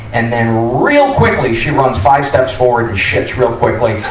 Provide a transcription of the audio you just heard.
and then real quickly, she runs five steps forward and shits real quickly,